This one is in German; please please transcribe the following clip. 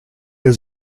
der